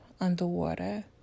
underwater